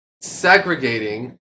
Segregating